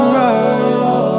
rise